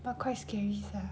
but quite scary sia